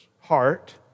heart